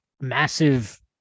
massive